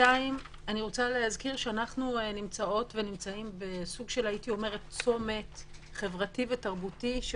אני רוצה להזכיר שאנחנו נמצאות ונמצאים בסוג של צומת חברתי ותרבותי,